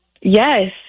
Yes